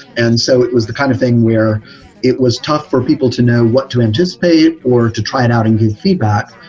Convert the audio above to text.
and so it was the kind of thing where it was tough for people to know what to anticipate or to try it out and give feedback,